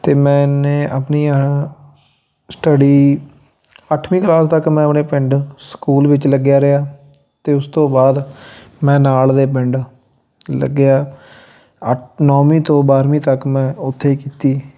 ਅਤੇ ਮੈਂਨੇ ਆਪਣੀਆਂ ਸਟੱਡੀ ਅੱਠਵੀਂ ਕਲਾਸ ਤੱਕ ਮੈਂ ਆਪਣੇ ਪਿੰਡ ਸਕੂਲ ਵਿੱਚ ਲੱਗਿਆ ਰਿਹਾ ਅਤੇ ਉਸ ਤੋਂ ਬਾਅਦ ਮੈਂ ਨਾਲ ਦੇ ਪਿੰਡ ਲੱਗਿਆ ਅੱ ਨੌਵੀਂ ਤੋਂ ਬਾਰਵੀਂ ਤੱਕ ਮੈਂ ਉੱਥੇ ਹੀ ਕੀਤੀ